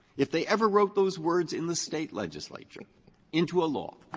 if they ever wrote those words in the state legislature into a law,